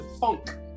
funk